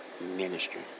ministry